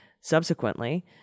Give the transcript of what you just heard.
Subsequently